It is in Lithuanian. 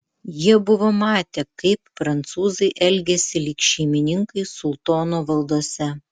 jie buvo matę kaip prancūzai elgiasi lyg šeimininkai sultono valdose